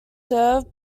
served